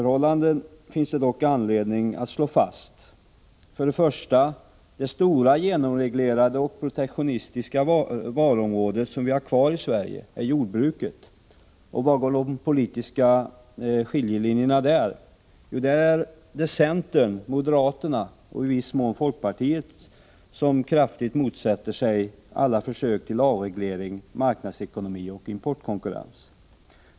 Det finns dock anledning att slå fast två intressanta sakförhållanden. För det första: Det stora genomreglerade och protektionistiska varuområde som vi har kvar i Sverige är jordbruket. Och var går de politiska skiljelinjerna där? Jo, där är det centern, moderaterna och i viss mån folkpartiet som kraftigt motsätter sig alla försök till avreglering, marknadsekonomi och importkonkurrens.